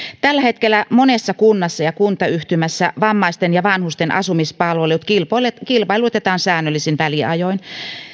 tällä hetkellä monessa kunnassa ja kuntayhtymässä vammaisten ja vanhusten asumispalvelut kilpailutetaan säännöllisin väliajoin